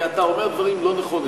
כי אתה אומר דברים לא נכונים.